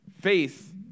Faith